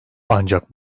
ancak